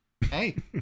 Hey